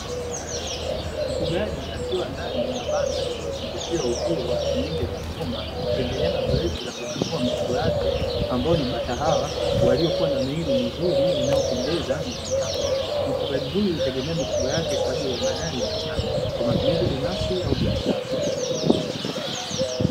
Mfugaji akiwa ndani ya banda lililozungushiwa uzio wa senyenge za chuma akiendelea na zoezi la kukagua mifugo yake ambayo ni bata hawa, waliokuwa na miili mizuri inayopendeza yenye afya. Mfugaji huyu hutegemea mifugo yake kwa ajili ya mayai na na nyama kwa matumizi binafsi au biashara.